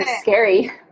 Scary